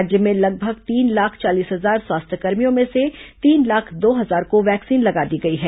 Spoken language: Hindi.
राज्य में लगभग तीन लाख चालीस हजार स्वास्थ्य कर्मियों में से तीन लाख दो हजार को वैक्सीन लगा दी गई है